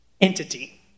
entity